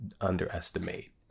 underestimate